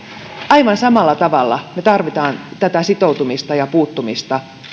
aivan samalla tavalla me tarvitsemme tätä sitoutumista ja puuttumista